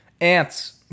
Ants